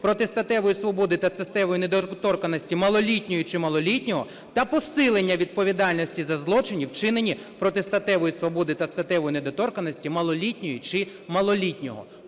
проти статевої свободи та статевої недоторканості малолітньої чи малолітнього та посилення відповідальності за злочини, вчинені проти статевої свободи та статевої недоторканості малолітньої чи малолітнього).